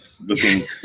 looking